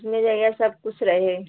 उसमें जगह सब कुछ रहे